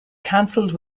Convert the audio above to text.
canceled